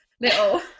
little